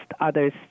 others